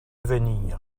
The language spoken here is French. venir